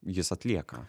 jis atlieka